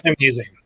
amazing